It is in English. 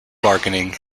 bargaining